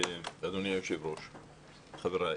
אדוני היו"ר, חבריי.